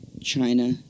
China